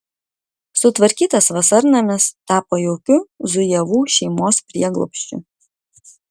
sutvarkytas vasarnamis tapo jaukiu zujevų šeimos prieglobsčiu